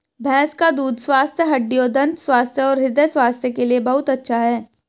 भैंस का दूध स्वस्थ हड्डियों, दंत स्वास्थ्य और हृदय स्वास्थ्य के लिए बहुत अच्छा है